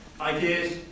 Ideas